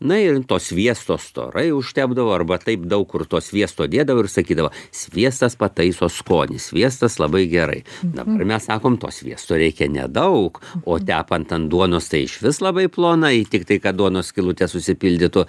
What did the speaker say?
na ir to sviesto storai užtepdavo arba taip daug kur to sviesto dėdavo ir sakydavo sviestas pataiso skonį sviestas labai gerai dabar mes sakom to sviesto reikia nedaug o tepant ant duonos tai išvis labai plonai tik tai kad duonos skylutės užsipildytų